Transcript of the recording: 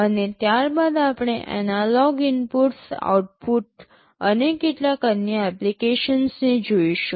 અને ત્યારબાદ આપણે એનાલોગ ઇનપુટ્સ આઉટપુટ અને કેટલાક અન્ય એપ્લીકેશન્સ ને જોઇશું